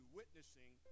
witnessing